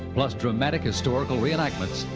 plus dramatic historical reenactments,